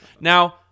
Now